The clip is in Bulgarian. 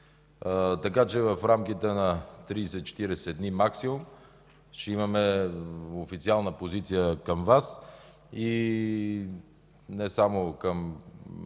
случи. В рамките на 30-40 дни максимум ще имаме официална позиция към Вас – не само към